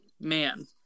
man